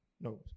No